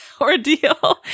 ordeal